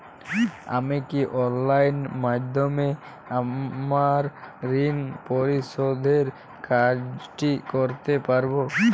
আমি কি অনলাইন মাধ্যমে আমার ঋণ পরিশোধের কাজটি করতে পারব?